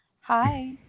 Hi